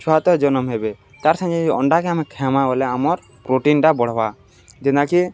ଛୁଆ ତ ଜନମ୍ ହେବେ ତାର୍ ସାଙ୍ଗେ ଅଣ୍ଡାକେ ଆମେ ଖାଏମା ବଲେ ଆମର୍ ପ୍ରୋଟିନ୍ଟା ବଢ଼୍ବା ଜେନ୍ଟାକି